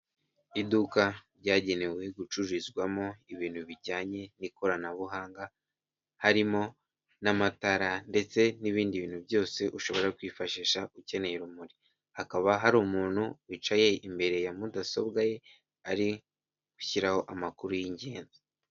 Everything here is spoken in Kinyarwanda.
Iduka ryagenewe gucururizwamo ibintu bijyanye n'ikoranabuhanga, harimo n'amatara, ndetse n'ibindi bintu byose ushobora kwifashisha ukeneye urumuri. Hakaba hari umuntu wicaye imbere ya mudasobwa ye, ari gushyiraho amakuru y'ingenzi.